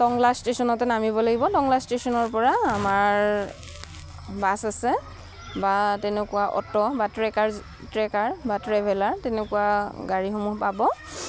টংলা ষ্টেচনতে নামিব লাগিব টংলা ষ্টেচনৰপৰা আমাৰ বাছ আছে বা তেনেকুৱা অটো' বা ট্ৰেকাৰ ট্ৰেকাৰ বা ট্ৰেভেলাৰ তেনেকুৱা গাড়ীসমূহ পাব